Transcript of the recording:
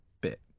bit